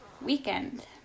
weekend